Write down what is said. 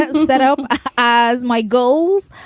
ah set up as my goals.